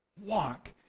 walk